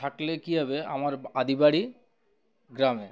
থাকলে কী হবে আমার আদিবাড়ি গ্রামে